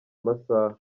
amasaha